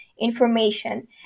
information